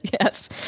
Yes